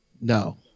No